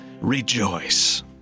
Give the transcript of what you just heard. rejoice